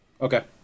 Okay